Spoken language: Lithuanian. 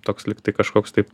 toks lyg tai kažkoks tai